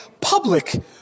public